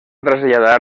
traslladar